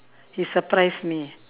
he surprise me